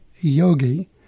Yogi